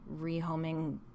rehoming